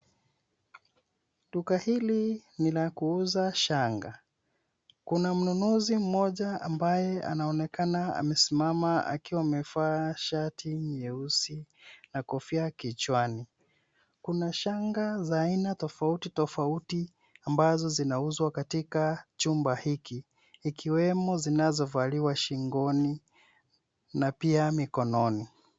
Duka hili ni la kuuza shanga. Kuna mnunuzi mmoja ambaye anaonekana amesimama akivaa shati nyeusi na kofia kichwani. Kuna shanga za aina tofauti tofauti ambazo zinauzwa katika chumba hiki ikiwemo zinazovaliwa shingoni na pia mikononi.